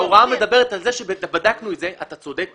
ההוראה מדברת על זה אתה צודק,